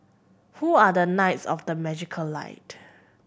who are the knights of the magical light